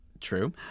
True